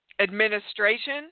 administration